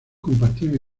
compartían